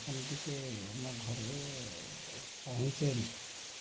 ଆପଣ ଟିକେ ଆମ ଘରେ ପହଞ୍ଚାନ୍ତୁ